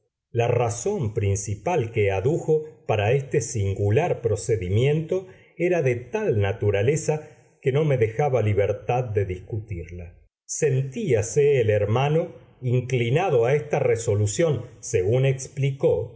la razón principal que adujo para este singular procedimiento era de tal naturaleza que no me dejaba libertad de discutirla sentíase el hermano inclinado a esta resolución según explicó